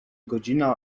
godzina